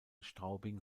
straubing